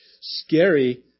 scary